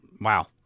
wow